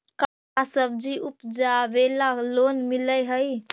का सब्जी उपजाबेला लोन मिलै हई?